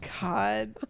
God